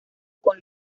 con